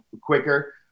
quicker